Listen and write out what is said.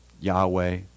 Yahweh